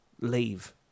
leave